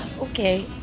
Okay